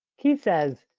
keith says,